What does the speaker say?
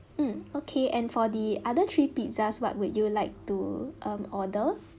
mm okay and for the other three pizzas what would you like to um order